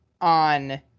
on